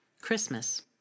Christmas